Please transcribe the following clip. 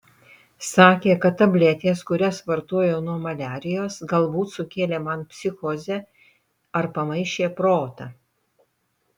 sakė kad tabletės kurias vartojau nuo maliarijos galbūt sukėlė man psichozę ar pamaišė protą